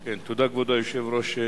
תודה, כבוד היושב-ראש.